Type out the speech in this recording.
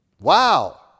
Wow